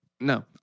No